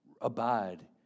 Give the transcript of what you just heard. abide